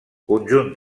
conjunt